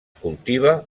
cultiva